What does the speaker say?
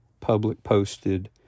public-posted